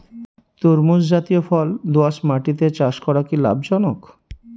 তরমুজ জাতিয় ফল দোঁয়াশ মাটিতে চাষ করা কি লাভজনক?